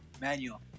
manual